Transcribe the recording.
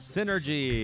Synergy